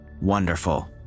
Wonderful